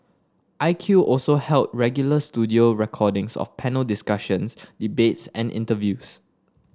I Q also held regular studio recordings of panel discussions debates and interviews